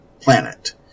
planet